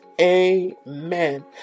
Amen